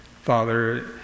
Father